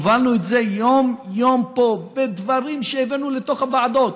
הובלנו את זה יום-יום פה בדברים שהבאנו לתוך הוועדות.